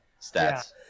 stats